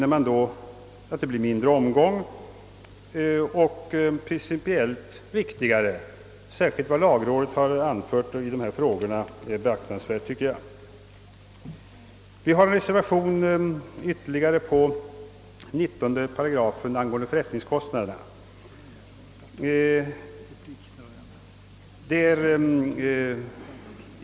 Vi finner då att det blir mindre omgång och principiellt riktigare med vår lösning att inhämta yttrande från byggnadsnämnden. Särskilt vad lagrådet har anfört i dessa frågor är beaktansvärt. Vi har även en reservation till 19 § angående förrättningskostnaderna.